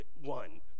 one